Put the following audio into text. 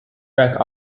back